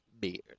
beard